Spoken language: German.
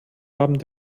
abend